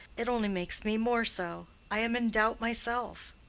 it only makes me more so. i am in doubt myself.